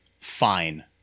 fine